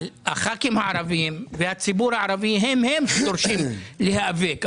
חברי הכנסת הערבים והציבור הערבי הם שדורשים להיאבק.